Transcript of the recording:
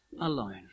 alone